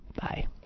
Bye